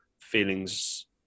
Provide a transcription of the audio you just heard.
feelings